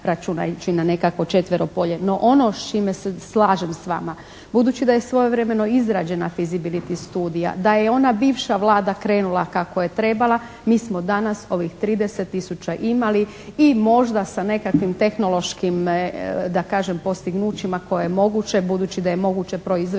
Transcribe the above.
računajući na nekakvo četveropolje. No, ono s čime se slažem s vama budući da je svojevremeno izrađena fisibility studija, da je ona bivša Vlada krenula kako je trebala mi smo danas ovih 30 tisuća imali i možda sa nekim tehnološkim da kažem postignućima koje je moguće budući da je moguće proizvesti